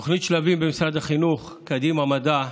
תוכנית שלבים במשרד החינוך, של קדימה מדע,